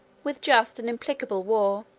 with just and implacable war,